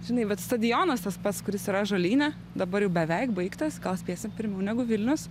žinai vat stadionas tas pats kuris yra ąžuolyne dabar jau beveik baigtas gal spėsim pirmiau negu vilnius